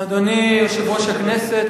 אדוני יושב-ראש הכנסת,